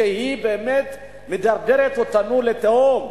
שבאמת מדרדרת אותנו לתהום,